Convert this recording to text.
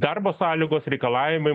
darbo sąlygos reikalavimai